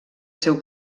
seu